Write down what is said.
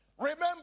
Remember